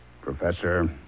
Professor